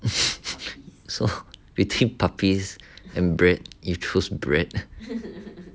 so between puppies and bread you choose bread